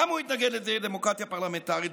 למה הוא התנגד לדמוקרטיה פרלמנטרית?